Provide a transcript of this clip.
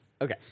Okay